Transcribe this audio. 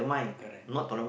correct